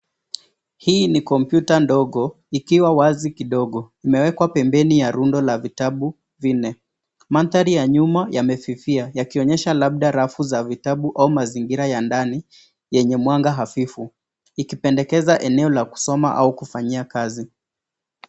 Hii ni kompyuta ndogo ikiwa wazi kidogo imewekwa pembeni ya rundo ya vitabu vinne. Mandhari ya nyuma yamefifia ikionyesha labda rafu za vitabu au mazingira ya ndani yenye mwanga hafifu ikipendekeza eneo la kusoma au kufanyia kazi.